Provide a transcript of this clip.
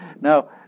Now